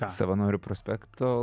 savanorių prospekto